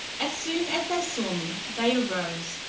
as soon as they saw me they arose,